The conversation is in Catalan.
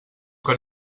que